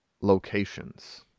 locations